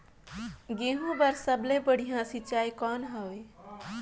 गहूं बर सबले बढ़िया सिंचाई कौन हवय?